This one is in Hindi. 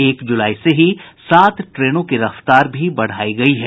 एक जुलाई से ही सात ट्रेनों की रफ्तार भी बढ़ाई गयी है